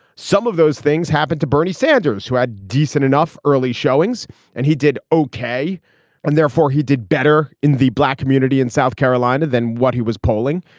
some of those things happen to bernie sanders who had decent enough early showings and he did okay and therefore he did better in the black community in south carolina than what he was polling.